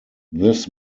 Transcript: this